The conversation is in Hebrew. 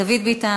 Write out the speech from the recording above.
דוד ביטן,